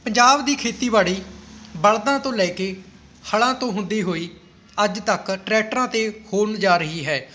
ਪੰਜਾਬ ਦੀ ਖੇਤੀਬਾੜੀ ਬਲਦਾਂ ਤੋਂ ਲੈ ਕੇ ਹਲਾਂ ਤੋਂ ਹੁੰਦੀ ਹੋਈ ਅੱਜ ਤੱਕ ਟਰੈਕਟਰਾਂ 'ਤੇ ਹੋਣ ਜਾ ਰਹੀ ਹੈ